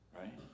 right